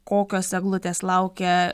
kokios eglutės laukia